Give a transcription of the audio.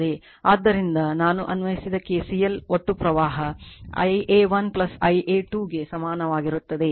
ಆದ್ದರಿಂದ ನಾನು ಅನ್ವಯಿಸಿದ KCL ಒಟ್ಟು ಪ್ರವಾಹ Ia1 Ia2 ಗೆ ಸಮಾನವಾಗಿರುತ್ತದೆ